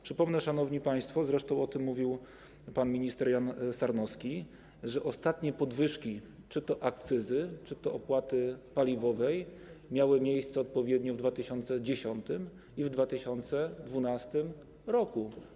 Przypomnę, szanowni państwo - zresztą o tym mówił pan minister Jan Sarnowski - że ostatnie podwyżki czy to akcyzy, czy to opłaty paliwowej miały miejsce odpowiednio w 2010 i 2012 r.